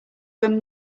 when